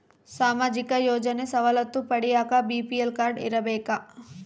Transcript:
ಸಾಮಾಜಿಕ ಯೋಜನೆ ಸವಲತ್ತು ಪಡಿಯಾಕ ಬಿ.ಪಿ.ಎಲ್ ಕಾಡ್೯ ಇರಬೇಕಾ?